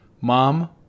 Mom